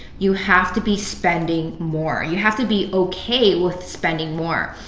you have to be spending more. you have to be okay with spending more.